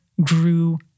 grew